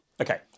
Okay